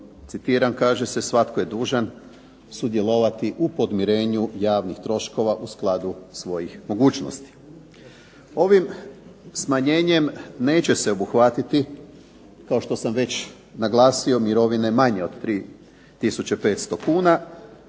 citiram kaže se: "svatko je dužan sudjelovati u podmirenju javnih troškova u skladu svojih mogućnosti". Ovim smanjenjem neće se obuhvatiti, kao što sam već naglasio, mirovine manje od 3,500 kn